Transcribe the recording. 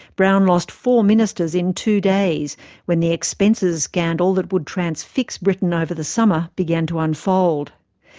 brown lost four ministers in two days when the expenses scandal that would transfix britain over the summer began to unfold.